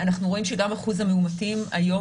אנחנו רואים שגם אחוז המאומתים היום